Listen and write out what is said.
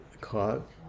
Caught